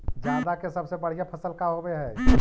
जादा के सबसे बढ़िया फसल का होवे हई?